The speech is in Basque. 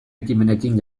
ekimenekin